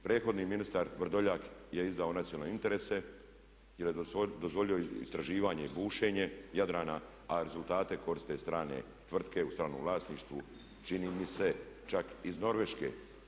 Prethodni ministar Vrdoljak je izdao nacionalne interese jer je dozvolio istraživanje i bušenje Jadrana a rezultate koriste strane tvrtke u stranom vlasništvu, čini mi se čak iz Norveške.